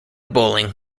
bowling